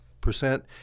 percent